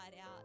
out